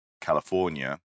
California